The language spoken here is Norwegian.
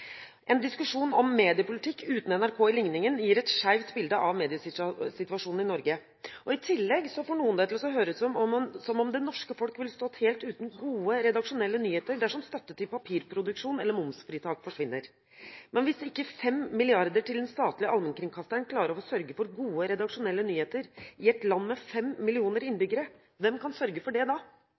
En diskusjon om mediepolitikk uten NRK i ligningen gir et skjevt bilde av mediesituasjonen i Norge. I tillegg får noen det til å høres ut som om det norske folk ville stått helt uten gode redaksjonelle nyheter dersom støtte til papirproduksjon eller momsfritak forsvinner. Men hvis man ikke med 5 mrd. kr til den statlige allmennkringkasteren klarer å sørge for gode redaksjonelle nyheter i et land med 5 millioner innbyggere, hvem kan sørge for det da?